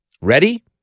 Ready